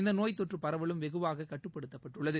இந்தநோய் தொற்றுபரவலும் வெகுவாககட்டுப்படுத்தப்பட்டுள்ளது